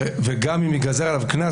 גם אם העונש שייגזר עליו הוא קנס,